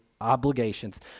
obligations